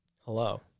Hello